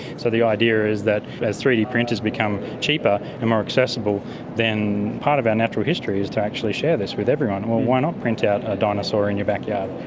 so the idea is that as three d printers become cheaper and more accessible then part of our natural history is to actually share this with everyone, well, why not print out a dinosaur in your backyard?